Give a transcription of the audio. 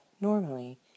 normally